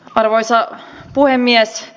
arvoisa puhemies